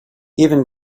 even